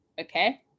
okay